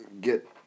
get